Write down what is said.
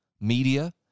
media